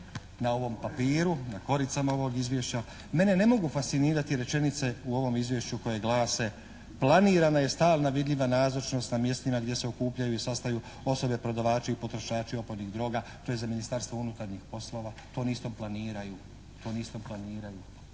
na ovom papiru, na koricama ovog izvješća. Mene ne mogu fascinirati rečenice u ovom izvješću koje glase: Planirana je stalna vidljiva nazočnost na mjestima gdje se okupljaju i sastaju osobe, prodavači i potrošači opojnih droga, to je za Ministarstvo unutarnjih poslova, to oni isto planiraju.